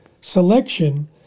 selection